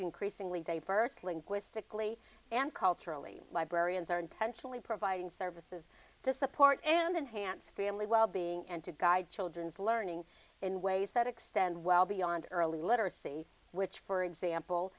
increasingly diverse linguistically and culturally librarians are intentionally providing services to support and enhanced family wellbeing and to guide children's learning in ways that extend well beyond early literacy which for example